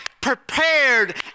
prepared